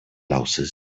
louses